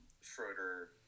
Schroeder